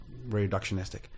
reductionistic